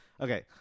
Okay